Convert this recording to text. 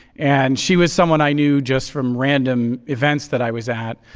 and she was someone i knew just from random events that i was at.